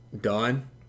done